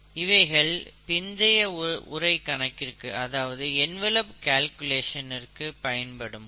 இவைகள் பிந்தய உறை கணக்கிறக்கு பயன்படும்